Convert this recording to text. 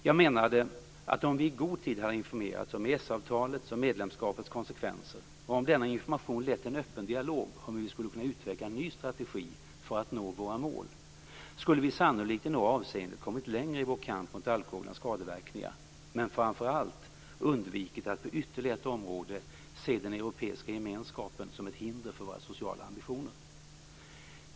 Jag menade att om vi i god tid hade informerats om EES-avtalets och medlemskapets konsekvenser och om denna information hade lett till en öppen dialog om hur vi skulle utveckla en ny strategi för att nå våra mål skulle vi sannolikt i några avseenden kommit längre i vår kamp mot alkoholens skadeverkningar, men framför allt undvikit att på ytterligare ett område se den europeiska gemenskapen som ett hinder för våra sociala ambitioner.